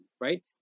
right